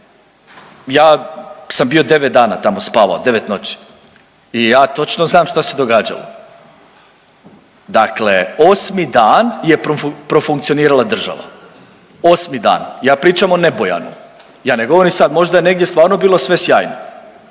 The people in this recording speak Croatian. ja sam bio devet dana spavao, devet noći i ja točno znam što se događalo. Dakle, osmi dan je profunkcionirala država, osmi dan, ja pričam o Nebojanu, ja ne govorim sad možda je negdje stvarno bilo sve sjajno,